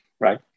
right